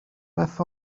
beth